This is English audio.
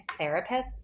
therapists